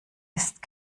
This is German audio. ist